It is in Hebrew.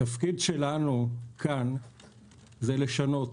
התפקיד שלנו כאן לשנות,